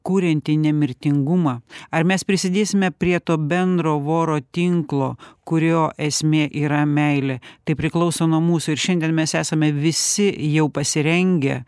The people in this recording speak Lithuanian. kuriantį nemirtingumą ar mes prisidėsime prie to bendro voro tinklo kurio esmė yra meilė tai priklauso nuo mūsų ir šiandien mes esame visi jau pasirengę